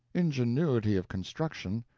ingenuity of construction,